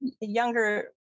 younger